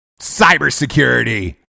Cybersecurity